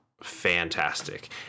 fantastic